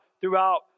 throughout